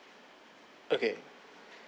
okay